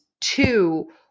two